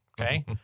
Okay